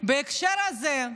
בהקשר זה,